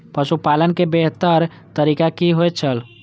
पशुपालन के बेहतर तरीका की होय छल?